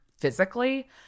physically